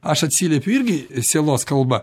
aš atsiliepiu irgi sielos kalba